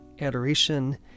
adoration